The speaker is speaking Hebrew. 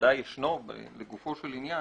ובוודאי ישנו לגופו של עניין,